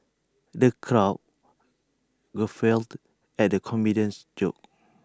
the crowd guffawed at the comedian's jokes